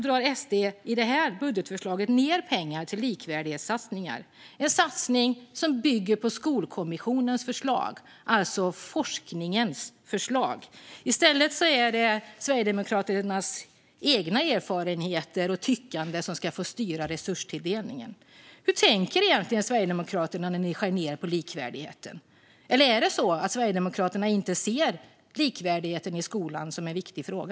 Och även i det här budgetförslaget drar SD ned på pengarna till likvärdighetssatsningar, satsningar som bygger på Skolkommissionens, alltså forskningens, förslag. I stället är det Sverigedemokraternas egna erfarenheter och tyckande som ska få styra resurstilldelningen. Hur tänker egentligen Sverigedemokraterna när ni skär ned på likvärdigheten, eller är det så att Sverigedemokraterna inte ser likvärdigheten i skolan som en viktig fråga?